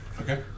Okay